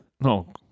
No